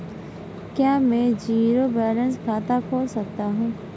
क्या मैं zero balance खाता खोल सकता हूँ?